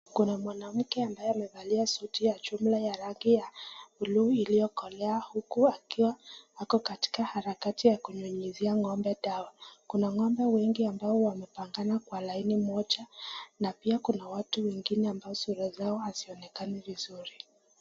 Kuna mwanamke ambaye amevalia suti ya jumla ya buluu iliyokolea huku akiwa harakati ya kunyunyizia ng'ombe dawa. Kuna ng'ombe wengi wamepangana kwa laini moja na pia kuna watu wengine ambao sura zao hazionekani vizuri.